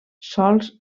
sols